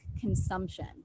consumption